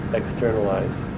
externalize